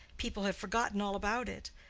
people have forgotten all about it.